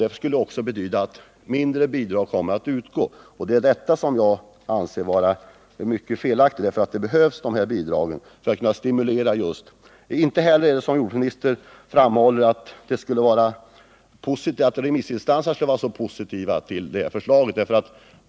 Detta skulle emellertid betyda att mindre bidrag kommer att utgå, och det är det som jag anser vara mycket felaktigt, eftersom de här bidragen behövs för att stimulera friluftsanläggningarna. Inte heller är, som jordbruksministern framhåller, remissinstanserna så positiva till detta förslag.